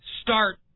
start